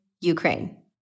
Ukraine